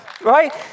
right